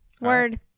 word